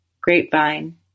Grapevine